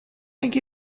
think